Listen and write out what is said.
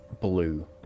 blue